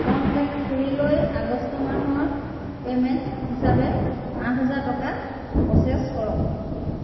contact খুড়ীলৈ August মাহৰ payment হিচাপে আঠ হেজাৰ টকা প্ৰ'চেছ কৰক